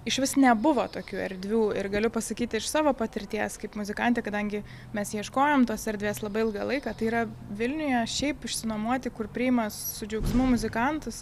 išvis nebuvo tokių erdvių ir galiu pasakyti iš savo patirties kaip muzikantė kadangi mes ieškojom tos erdvės labai ilgą laiką tai yra vilniuje šiaip išsinuomoti kur priima su džiaugsmu muzikantus